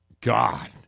God